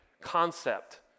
concept